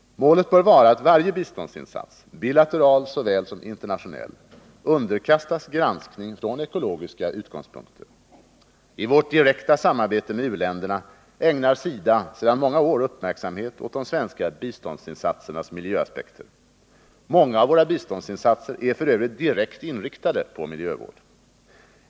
Målet bör vara att varje biståndsinsats, bilateral såväl som internationell, underkastas granskning från ekologiska utgångspunkter. I vårt direkta samarbete med u-länderna ägnar SIDA sedan många år uppmärksamhet åt de svenska biståndsinsatsernas miljöaspekter. Många av våra biståndsinsatser är f. ö. direkt inriktade på miljövård.